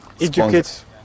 educate